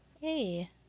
Hey